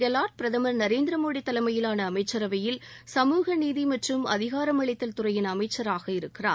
கெலாட் பிரதமர் திரு நரேந்திர மோடி தலைமையிலான அமைச்சரவையில் சமூக நீதி மற்றும் அதிகாரமளித்தல் துறையின் அமைச்சராக இருக்கிறார்